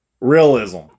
Realism